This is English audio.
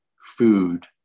food